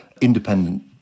independent